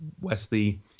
Wesley